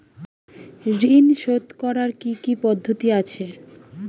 ঋন শোধ করার কি কি পদ্ধতি আছে?